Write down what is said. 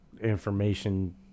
information